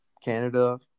Canada